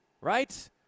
right